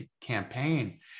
campaign